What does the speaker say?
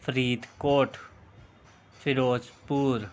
Faridkot Firozpur